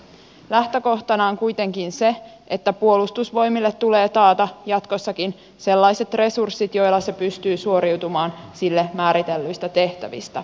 lähtökohtana on kuitenkin se että puolustusvoimille tulee taata jatkossakin sellaiset resurssit joilla se pystyy suoriutumaan sille määritellyistä tehtävistä